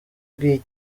bw’iyi